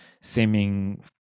seeming